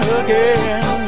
again